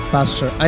Pastor